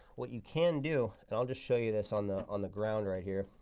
what you can do and i'll just show you this on the on the ground right here